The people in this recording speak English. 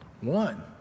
One